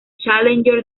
challenger